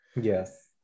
yes